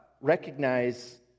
recognize